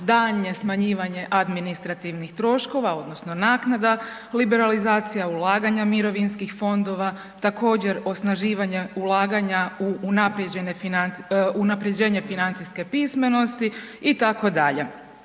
daljnje smanjivanje administrativnih troškova odnosno naknada, liberalizacija ulaganja mirovinskih fondova, također osnaživanja ulaganja u unapređenje financijske pismenosti itd.